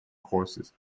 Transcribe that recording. courses